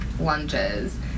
lunges